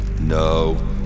No